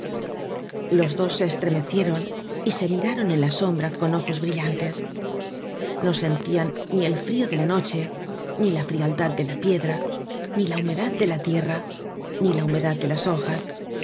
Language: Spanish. los dos se estremecieron y se miraron en la sombra con ojos brillantes no sentian ni el frio de la noche ni la frialdad de la piedra ni la humedad de la tierra ni la humedad de las hojas